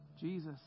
Jesus